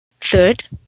Third